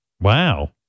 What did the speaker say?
Wow